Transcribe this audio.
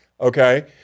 okay